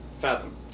Fathom